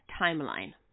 timeline